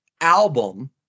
album